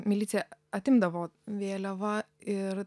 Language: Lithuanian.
milicija atimdavo vėliavą ir